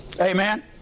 Amen